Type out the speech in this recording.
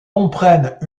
comprennent